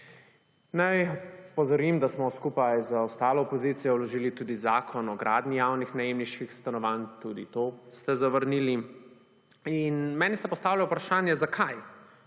opozorim, da smo skupaj z ostalo opozicijo vložili tudi zakon o gradnji javnih najemniških stanovanj, tudi to ste zavrnili. In meni se postavlja vprašanje zakaj,